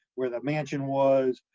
where the mansion was,